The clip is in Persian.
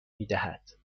میدهد